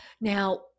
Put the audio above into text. now